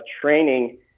training